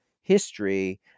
history